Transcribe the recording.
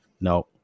No